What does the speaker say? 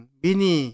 bini